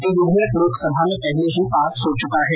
यह विधेयक लोकसभा में पहले ही पास हो चुका है